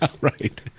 Right